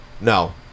No